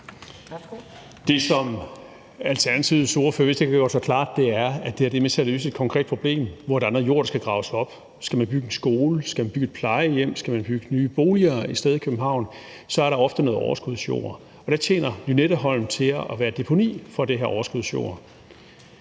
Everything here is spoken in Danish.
Det, som Alternativets ordfører vist ikke har gjort sig klart, er, at det her er med til at løse et konkret problem, hvor der er noget jord, der skal graves op. Skal man bygge en skole, skal man bygge et plejehjem, skal man bygge nye boliger et sted i København, så er der ofte noget overskudsjord. Og der tjener Lynetteholm til at være deponi for den her overskudsjord.